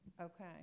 Okay